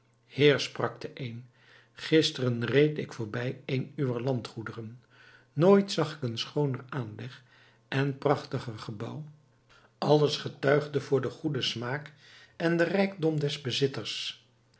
sprak de een gisteren reed ik voorbij een uwer landgoederen nooit zag ik een schooner aanleg en prachtiger gebouw alles getuigde voor den goeden smaak en den rijkdom des bezitters